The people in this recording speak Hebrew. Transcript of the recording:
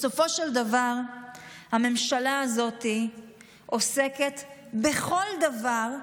בסופו של דבר הממשלה הזאת עוסקת בכל דבר,